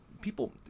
people